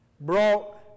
brought